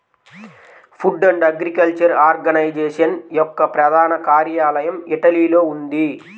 food and Agriculture Organization యొక్క ప్రధాన కార్యాలయం ఇటలీలో ఉంది